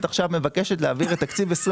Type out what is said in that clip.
הכנסת מבקשת להעביר את תקציב 2023,